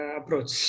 approach